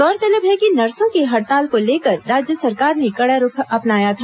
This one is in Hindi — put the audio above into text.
गौरतलब है कि नर्सो की हड़ताल को लेकर राज्य सरकार ने कड़ा रूख अपनाया था